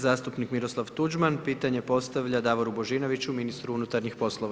Zastupnik Miroslav Tuđman, pitanje postavlja Davoru Božinoviću, ministru unutarnjih poslova.